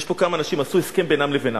יש פה כמה אנשים שעשו הסכם בינם לבינם.